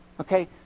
Okay